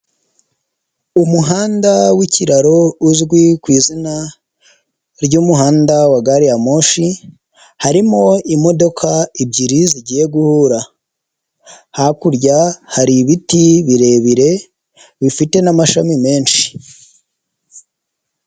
Umuhanda w'ikiraro uzwi ku izina ry'umuhanda wa Gariyamoshi, harimo imodoka ebyiri zigiye guhura, hakurya hari ibiti birebire bifite n'amashami menshi.